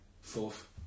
Fourth